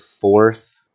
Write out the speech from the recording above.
fourth